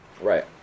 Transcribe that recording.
Right